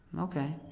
Okay